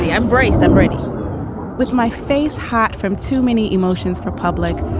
yeah embrace i'm ready with my face hot from too many emotions for public.